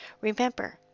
remember